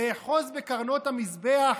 לאחוז בקרנות המזבח,